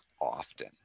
often